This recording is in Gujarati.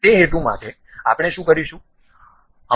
તેથી તે હેતુ માટે આપણે શું કરીશું